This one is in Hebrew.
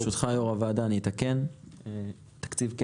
ברשותך, יו"ר הוועדה, התקציב כן